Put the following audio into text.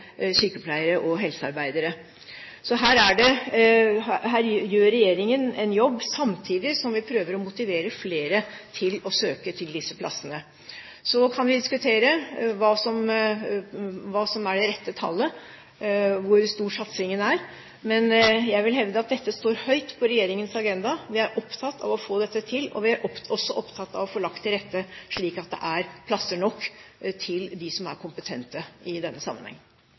helsearbeidere. Så her gjør regjeringen en jobb, samtidig som vi prøver å motivere flere til å søke til disse plassene. Så kan vi diskutere hva som er det rette tallet, hvor stor satsingen er, men jeg vil hevde at dette står høyt på regjeringens agenda. Vi er opptatt av å få dette til, og vi er også opptatt av å få lagt til rette slik at det er plasser nok til dem som er kompetente i denne